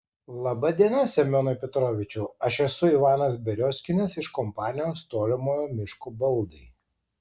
laba diena semionai petrovičiau aš esu ivanas beriozkinas iš kompanijos tolimojo miško baldai